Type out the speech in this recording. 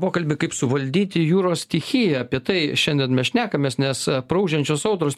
pokalbį kaip suvaldyti jūros stichiją apie tai šiandien mes šnekamės nes praūžiančios audros